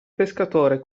pescatore